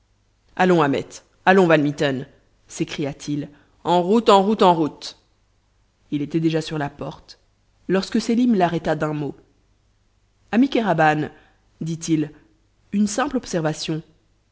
allons ahmet allons van mitten s'écria-t-il en route en route en route il était déjà sur la porte lorsque sélim l'arrêta d'un mot ami kéraban dit-il une simple observation